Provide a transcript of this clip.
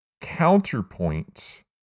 counterpoint